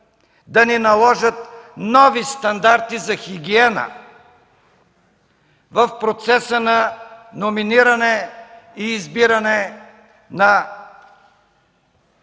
да ни наложат нови стандарти за хигиена в процеса на номиниране и избиране на